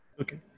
Okay